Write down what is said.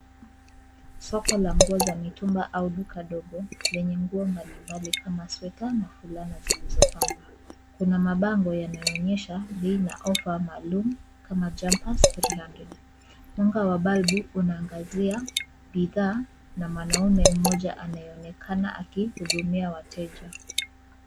Soko la nguo za mitumba au duka ndogo lenye nguo mbalimbali kama sweater, fulana zilizopangwa .Kuna mabango yanayoonyesha bei na ofa maalum kama jumpers three hundred .Mwanga wa balbu unaangazia bidhaa na mwanaume mmoja a ayeonekana akihudumia wateja.